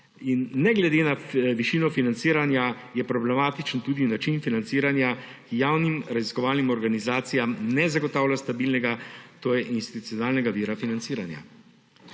Ne glede na višino financiranja je problematičen tudi način financiranja javnim raziskovalnim organizacijam, ki ne zagotavlja stabilnega, to je institucionalnega vira financiranja.